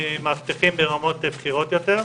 מאבטחים ברמות בכירות יותר,